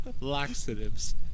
laxatives